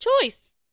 choice